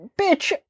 bitch